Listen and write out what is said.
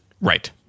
right